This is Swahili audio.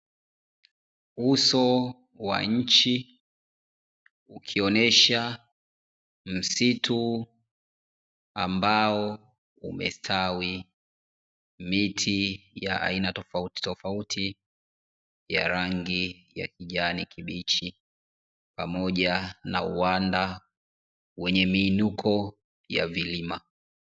Uso wa nchi ukionesha msitu ambao umestawi miti ya aina tofautitofauti ya rangi ya kijani kibichi, pamoja na uwanda wenye miinuko ya vilima.